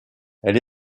elle